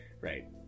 right